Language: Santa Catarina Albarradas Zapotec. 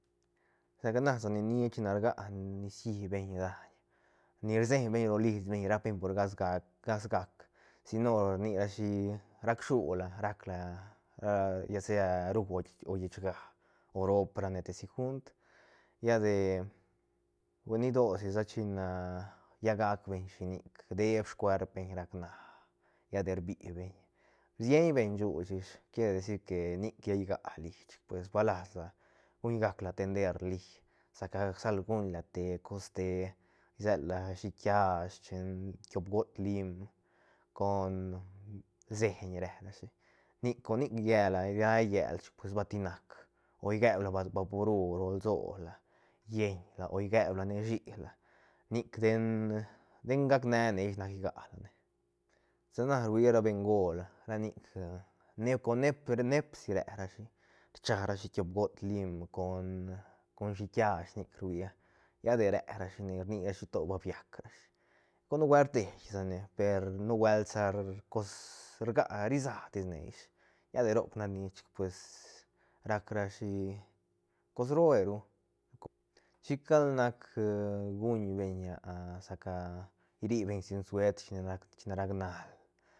Saca na sa ni nia china rgac nicií beñ daiñ ni rseñbeñ ro lisbeñ rapbeñ por gasga- gasgac sino rni rashi racshula rac la lla sea rú o llechga o roop rane tesi gunt lla de hueni dosi china lla gacbeñ shinic deed scuerpbeñ rac na lla de rbibeñ rsienbeñ such ish quiere decir que nic lla igalí chic pues ba lasla guñgacla atender lí saca sal guñla te cos té isela shiiht kiash chen tiop got lim con seiñ re ra shi nic con nic llela riallel pues chic va ti nac o igebla va- vaporu rolsola lleiñla o igeblane shïla nic den den gac ne- ne ish nac gialane sana ruia ra beñgol ra nic neep com neep- neepsi rerashi rcharashi tiop got lim con- con shiiht kiash nic ruia lla de re rashine rnirashi to ba biacrashi co nubuelt rdeisane per nubuelt sa cos rgac ri sa tiste ish lla de roc nac ni pues rac rashi cos rooeru co chicgal nac guñbeñ sa ca iribeñ sin suetr chi nac chine rac nal.